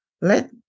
Let